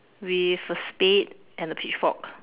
with a spade and a pitchfork